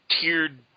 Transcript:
tiered